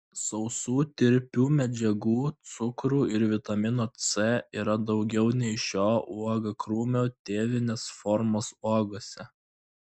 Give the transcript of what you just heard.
sausų tirpių medžiagų cukrų ir vitamino c yra daugiau nei šio uogakrūmio tėvinės formos uogose